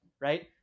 right